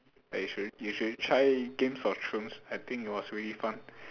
you should you should try games of thrones I think it was really fun